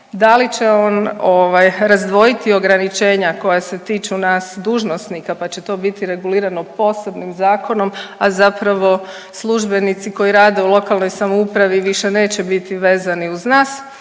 Da li će on razdvojiti ograničenja koja se tiču nas dužnosnika pa će to biti regulirano posebnim zakonom, a zapravo službenici koji rade u lokalnoj samoupravi više neće biti vezani uz nas,